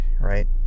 right